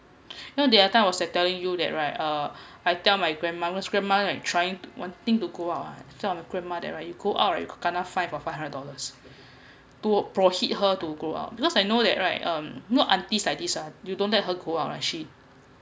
now there're time was telling you that right uh I tell my grandma grandma was like trying wanting to go out I tell my grandma that you go out you could kena fine for five hundred dollars to prohibit her to go out because I know that right um not aunties like these ah you don't let her go out right she